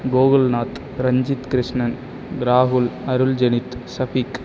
கோகுல்நாத் ரஞ்சித் கிருஷ்ணன் ராகுல் அருள்ஜெனித் சஃபீக்